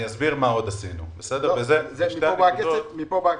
מפה בא הכסף?